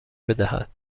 بدهد